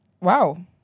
Wow